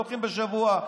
דוחים בשבוע.